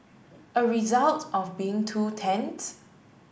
a result of being two tents